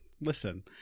listen